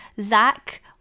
Zach